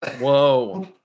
Whoa